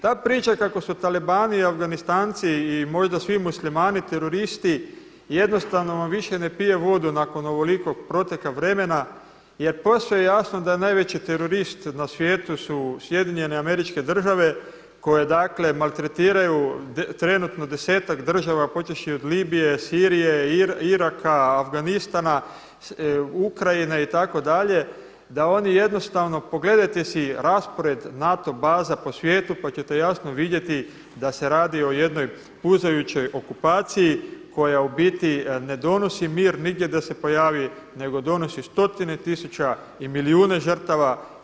Ta priča kako su talibani i Afganistanci i možda svi Muslimani teroristi jednostavno vam više ne pije vodu nakon ovolikog proteka vremena jer posve je jasno da najveći terorist na svijetu su SAD koje dakle maltretiraju trenutno 10-ak država počevši od Libije, Sirije, Iraka, Afganistana, Ukrajine itd., da oni jednostavno, pogledajte si raspored NATO baza po svijetu pa ćete jasno vidjeti da se radi o jednoj puzajućoj okupaciji koja u biti ne donosi mir negdje gdje se pojavi nego donosi stotine tisuća i milijune žrtava.